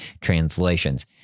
translations